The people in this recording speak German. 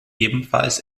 ebenfalls